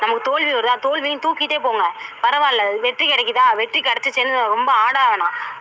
நமக்கு தோல்வி வருதா தோல்வியும் தூக்கிட்டே போங்க பரவாயில்லை வெற்றி கிடைக்குதா வெற்றி கிடைச்சிச்சுனு ரொம்ப ஆட வேணாம்